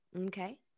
Okay